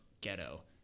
ghetto